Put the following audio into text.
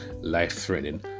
life-threatening